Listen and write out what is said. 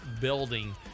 building